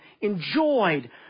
enjoyed